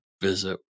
visit